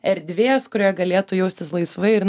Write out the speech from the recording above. erdvės kurioje galėtų jaustis laisvai ir